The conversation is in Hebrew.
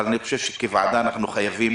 אבל אני חושב שכוועדה אנחנו חייבים